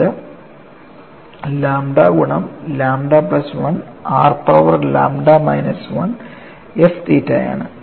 അത് ലാംഡ ഗുണം lambda plus 1 r power lambda minus 1 f theta ആണ്